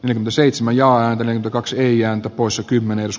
rinne seitsemän ja antaneen kaksi ja osa kymmenes